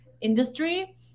industry